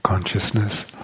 Consciousness